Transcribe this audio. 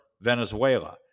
Venezuela